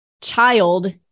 child